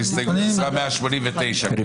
הצבעה ההסתייגות לא התקבלה.